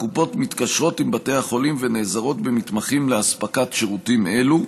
הקופות מתקשרות עם בתי החולים ונעזרות במתמחים לאספקת שירותים אלה.